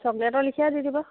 চকলেটৰ লেখীয়াই দি দিব